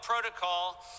protocol